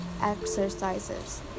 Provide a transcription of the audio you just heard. exercises